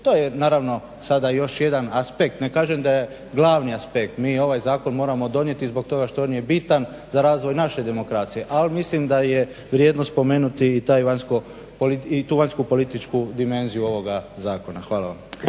To je naravno sada još jedan aspekt, ne kažem da je glavni aspekt. Mi ovaj zakon moramo donijeti zbog toga što on je bitan za razvoj naše demokracije, ali mislim da je vrijedno spomenuti i tu vanjskopolitičku dimenziju ovoga zakona. Hvala vam.